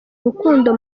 urukundo